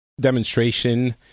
demonstration